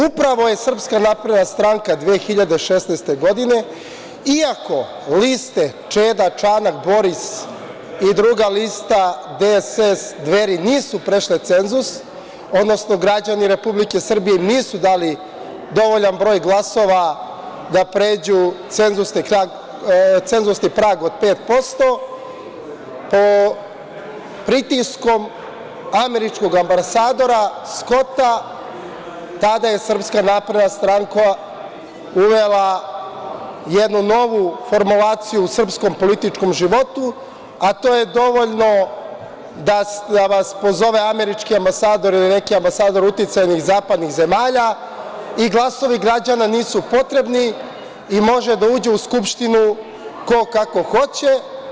Upravo je SNS 2016. godine, iako liste Čeda, Čanak, Boris i druga lista DSS, Dveri nisu prešle cenzus, odnosno građani Republike Srbije im nisu dali dovoljan broj glasova da pređu cenzusni prag od 5%, pod pritiskom američkog ambasadora Skota tada je SNS uvela jednu novu formulaciju u srpskom političkom životu, a to je dovoljno da vas pozove američki ambasador ili neki ambasador uticajnih zapadnih zemlja i glasovi građana nisu potrebni i može da uđe u Skupštinu ko kako hoće.